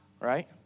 Right